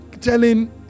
telling